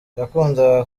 yakundaga